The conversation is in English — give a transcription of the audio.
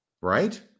right